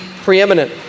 preeminent